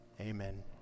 Amen